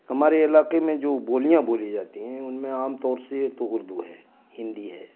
ہمارے علاقے میں جو بولیاں بولی جاتی ہیں ان میں عام طور سے تو اردو ہے ہندی ہے